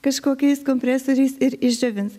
kažkokiais kompresoriais ir išdžiovins